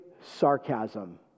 sarcasm